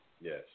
Yes